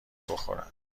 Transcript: بخورم